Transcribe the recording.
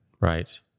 right